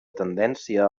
tendència